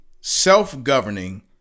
self-governing